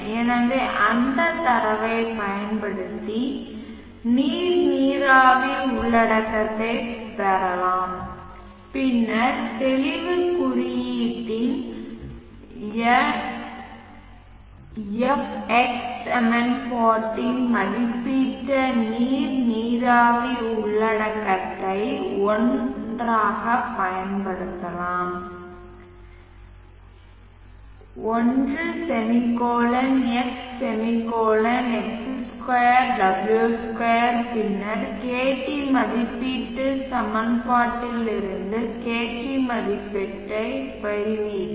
எனவே அந்தத் தரவைப் பயன்படுத்தி நீர் நீராவி உள்ளடக்கத்தைப் பெறலாம் பின்னர் தெளிவு குறியீட்டின் எஃப்எக்ஸ் சமன்பாட்டில் மதிப்பிடப்பட்ட நீர் நீராவி உள்ளடக்கத்தை 1 ஆக பயன்படுத்தலாம் 1 x x2 W2 பின்னர் kt மதிப்பீட்டு சமன்பாட்டிலிருந்து kt மதிப்பீட்டைப் பெறுவீர்கள்